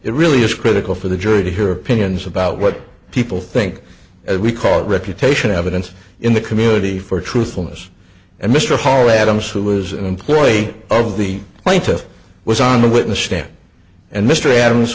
it really is critical for the jury to hear opinions about what people think as we call it reputation evidence in the community for truthfulness and mr holloway adams who was an employee of the plaintiff was on the witness stand and mr adams